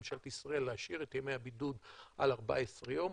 בממשלת ישראל להשאיר את ימי הבידוד על 14 יום.